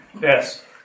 Yes